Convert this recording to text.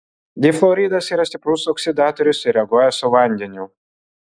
difluoridas yra stiprus oksidatorius ir reaguoja su vandeniu